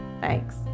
Thanks